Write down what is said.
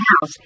house